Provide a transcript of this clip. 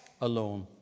alone